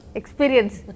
experience